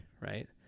right